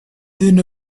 then